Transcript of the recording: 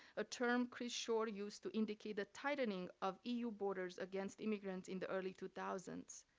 a term chris shore used to indicate the tightening of eu borders against immigrants in the early two thousand